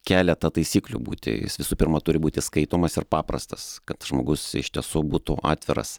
keletą taisyklių būti jis visų pirma turi būti skaitomas ir paprastas kad žmogus iš tiesų būtų atviras